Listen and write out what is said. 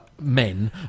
men